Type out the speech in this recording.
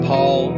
Paul